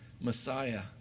Messiah